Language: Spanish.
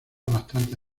bastante